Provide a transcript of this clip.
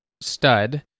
stud